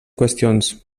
qüestions